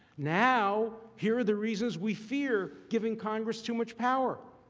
now here are the reasons we fear giving congress too much power.